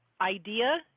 idea